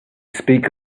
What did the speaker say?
speak